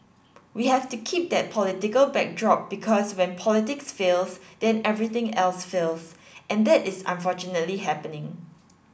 we have to keep that political backdrop because when politics fails then everything else fails and that is unfortunately happening